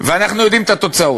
ואנחנו יודעים מה התוצאות: